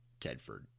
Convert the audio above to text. Tedford